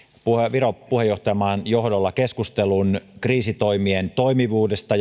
virossa puheenjohtajamaan johdolla keskustelun kriisitoimien toimivuudesta